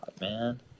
man